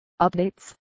updates